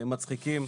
מצחיקים.